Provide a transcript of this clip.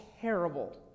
terrible